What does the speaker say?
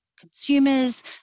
consumers